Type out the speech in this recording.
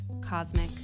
Cosmic